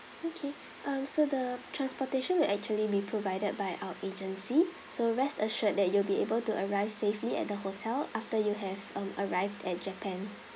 okay um so the transportation will actually be provided by our agency so rest assured that you will be able to arrive safely at the hotel after you have um arrived at japan